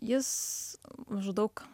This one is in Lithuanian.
jis maždaug